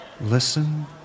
Listen